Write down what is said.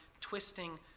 twisting